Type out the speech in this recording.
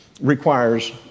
requires